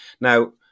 Now